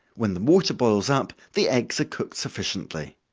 when the water boils up, the eggs are cooked sufficiently.